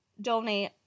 donate